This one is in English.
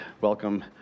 welcome